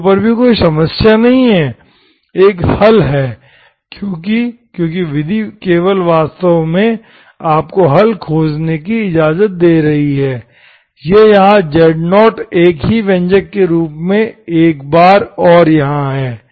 0 पर भी कोई समस्या नहीं है एक हल है क्योंकि क्योंकि विधि केवल वास्तव में आपको हल खोजने की इजाजत दे रही है यह यहां एक ही व्यंजक के रूप में एक बार और यहां है